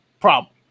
problem